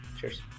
Cheers